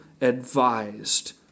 advised